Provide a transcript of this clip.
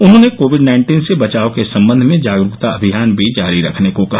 उन्होंने COVID nineteen से बचाव के सम्बन्ध में जागरूकता अभियान भी जारी रखने को कहा